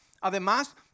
Además